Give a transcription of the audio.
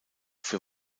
für